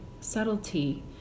subtlety